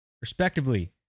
Respectively